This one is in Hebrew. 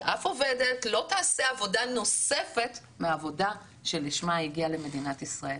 שאף עובדת לא תעשה עבודה נוספת מהעבודה שלשמה היא הגיעה למדינת ישראל.